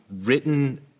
written